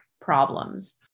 problems